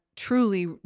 truly